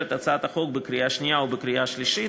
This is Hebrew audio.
את הצעת החוק בקריאה שנייה ובקריאה שלישית.